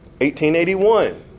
1881